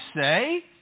say